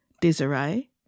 Desiree